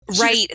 Right